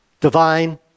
Divine